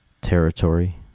territory